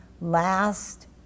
last